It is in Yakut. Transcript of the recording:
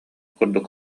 курдук